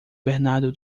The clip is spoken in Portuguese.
bernardo